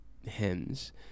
hymns